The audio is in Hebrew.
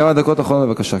כמה דקות אחרונות, בבקשה.